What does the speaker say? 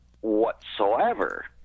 whatsoever